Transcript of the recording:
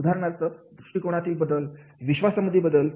उदाहरणार्थ दृष्टिकोनातील बदल विश्वास मधील बदल